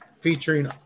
Featuring